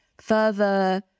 further